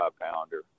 pounder